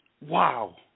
Wow